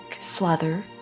slather